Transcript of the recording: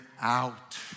out